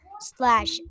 slash